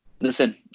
listen